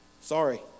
Sorry